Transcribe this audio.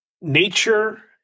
Nature